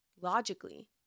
Logically